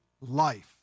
life